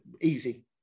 easy